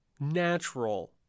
natural